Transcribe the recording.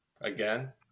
Again